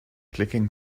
clicking